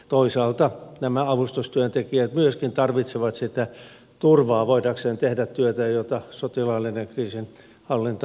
toisaalta nämä avustustyöntekijät myöskin tarvitsevat sitä turvaa voidakseen tehdä työtä jota sotilaallinen kriisinhallinta antaa